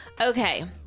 okay